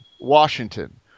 Washington